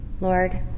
Lord